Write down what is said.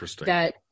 that-